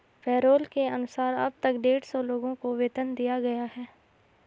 payroll के अनुसार अब तक डेढ़ सौ लोगों को वेतन दिया गया है